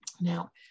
Now